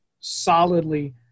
solidly